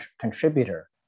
contributor